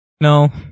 No